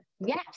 yes